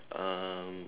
um